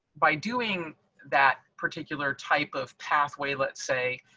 by doing that particular type of pathway, let's say,